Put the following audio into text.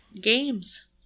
games